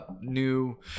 new